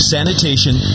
Sanitation